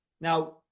Now